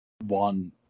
one